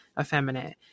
effeminate